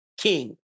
King